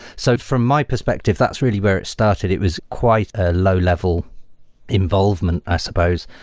so from my perspective, that's really where it started. it was quite a low level involvement, i suppose.